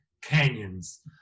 canyons